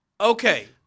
Okay